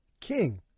King